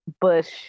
Bush